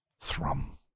thrum